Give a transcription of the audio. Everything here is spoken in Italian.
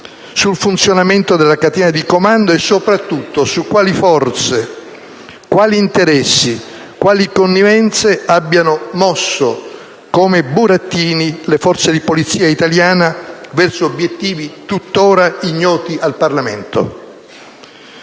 sul funzionamento della catena di domando e - soprattutto - su quali forze, quali interessi e quali connivenze abbiano mosso come burattini le forze di polizia italiana verso obiettivi tuttora ignoti al Parlamento.